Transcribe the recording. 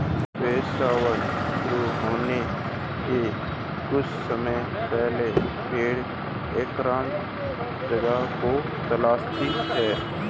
प्रसव शुरू होने के कुछ समय पहले भेड़ एकांत जगह को तलाशती है